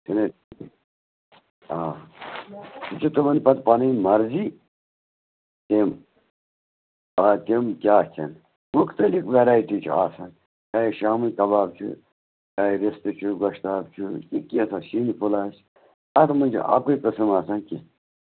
چھُنا ٹھیٖک آ یہِ چھُ تِمَن پَتہٕ پَنٕنۍ مرضی تِم آ تِم کیٛاہ کھٮ۪ن مُختٔلِف ویرایٹی چھِ آسان چاہے شامے کَباب چھُ چاہے رِستہٕ چھُ گۄشتابہٕ چھُ یہِ کینٛژھا سِنہِ پھوٚلا آسہِ اَتھ منٛز چھُ اَکُے قٔسٕم آسان کیٚنٛہہ